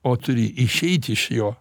o turi išeiti iš jo